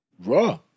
Raw